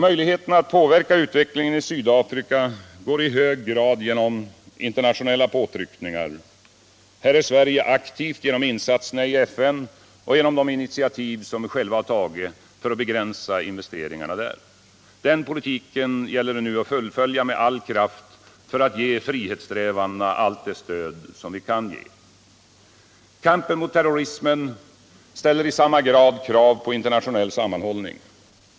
Möjligheterna att påverka utvecklingen i Sydafrika går i hög grad genom internationella påtryckningar. Här är Sverige aktivt genom insatserna i FN och genom de initiativ som vi själva har tagit för att begränsa investeringarna i Sydafrika. Den politiken gäller det nu att fullfölja med all kraft för att ge frihetssträvandena allt det stöd som vi kan ge. Kampen mot terrorismen ställer i samma grad krav på internationell sammanhållning.